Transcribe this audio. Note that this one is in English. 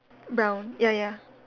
brown ya ya